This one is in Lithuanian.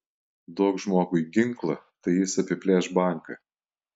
duok žmogui ginklą tai jis apiplėš banką